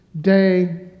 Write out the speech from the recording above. day